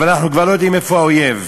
אבל אנחנו כבר לא יודעים איפה האויב,